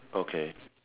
okay